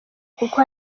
kuko